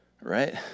right